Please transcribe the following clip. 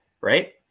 right